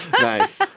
Nice